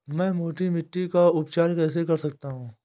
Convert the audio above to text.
मैं मोटी मिट्टी का उपचार कैसे कर सकता हूँ?